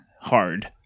Hard